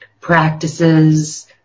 practices